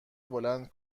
بلند